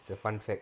it's a fun fact